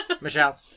Michelle